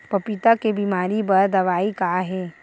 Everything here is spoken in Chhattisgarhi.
पपीता के बीमारी बर दवाई का हे?